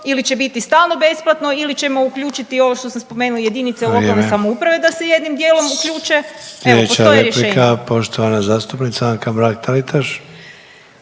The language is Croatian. ili će biti stalno besplatno ili ćemo uključiti ovo što sam spomenula JLS …/Upadica: Vrijeme/…da se jednim dijelom uključe, evo to je rješenje.